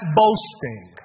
boasting